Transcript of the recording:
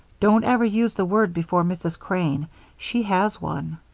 don't ever use the word before mrs. crane she has one.